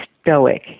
stoic